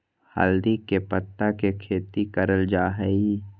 हल्दी के पत्ता के खेती करल जा हई